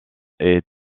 est